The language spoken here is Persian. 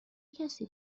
کسی